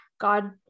god